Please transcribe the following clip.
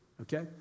Okay